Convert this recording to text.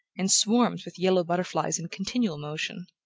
and swarms with yellow butterflies in continual motion.